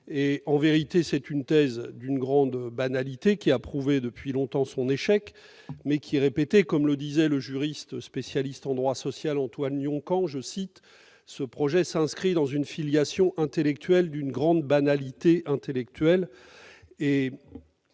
en vérité d'une thèse d'une grande banalité, qui a prouvé depuis longtemps son échec, mais qui est répétée. Comme le disait le juriste spécialiste de droit social Antoine Lyon-Caen, « ce projet s'inscrit dans une filiation intellectuelle [...] d'une grande banalité intellectuelle ».